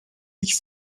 ich